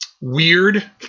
weird